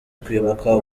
kwibuka